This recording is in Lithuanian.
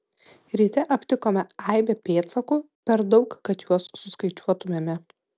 ryte aptikome aibę pėdsakų per daug kad juos suskaičiuotumėme